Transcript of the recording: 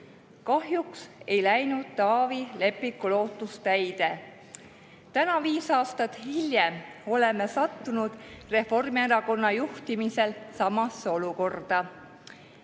Leppik."Kahjuks ei läinud Taavi Leppiku lootus täide. Täna, viis aastat hiljem oleme sattunud Reformierakonna juhtimisel samasse olukorda.